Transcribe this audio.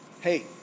hey